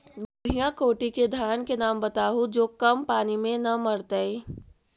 बढ़िया कोटि के धान के नाम बताहु जो कम पानी में न मरतइ?